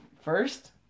first